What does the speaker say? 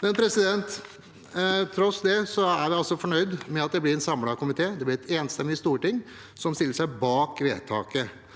Tross det er vi altså fornøyde med at det blir en samlet komité og et enstemmig storting som stiller seg bak vedtaket.